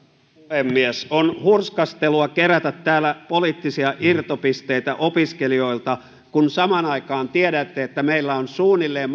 puhemies on hurskastelua kerätä täällä poliittisia irtopisteitä opiskelijoilta kun samaan aikaan tiedätte että meillä on suunnilleen